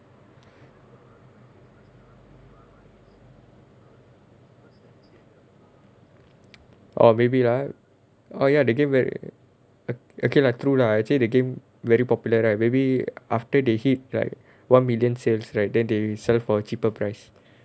orh maybe lah oh ya the game very ah okay lah true lah actually the game very popular right maybe after they hit like one million sales right then they sell for cheaper price